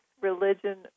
religion